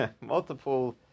multiple